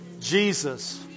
Jesus